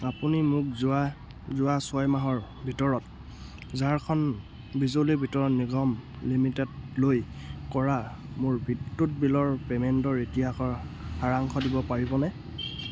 আপুনি মোক যোৱা যোৱা ছয় মাহৰ ভিতৰত ঝাৰখণ্ড বিজুলী বিতৰণ নিগম লিমিটেডলৈ কৰা মোৰ বিদ্যুৎ বিলৰ পে'মেণ্টৰ ইতিহাসৰ সাৰাংশ দিব পাৰিবনে